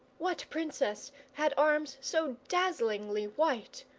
what princess had arms so dazzlingly white,